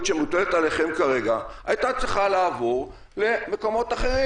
שמוטלת עליכם כרגע היתה צריכה לעבור למקומות אחרים.